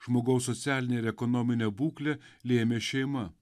žmogaus socialinę ir ekonominę būklę lėmė šeima